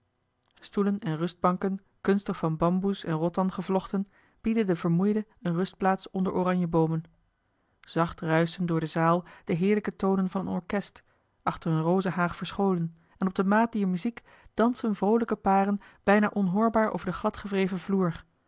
stoelen en rustbanken kunstig van bamboes en rottan gevlochten bieden den vermoeide eene rustplaats onder oranjeboomen zacht ruischen door de zaal de heerlijke tonen van een orkest achter eene rozenhaag verscholen en op de maat dier muziek dansen vroolijke paren bijna onhoorbaar over den gladgewreven vloer